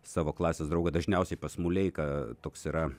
savo klasės draugą dažniausiai pas muleiką toks yra